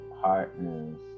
partners